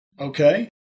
okay